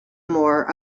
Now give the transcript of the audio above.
more